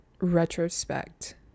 retrospect